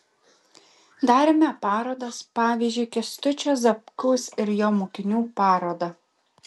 darėme parodas pavyzdžiui kęstučio zapkaus ir jo mokinių parodą